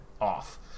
off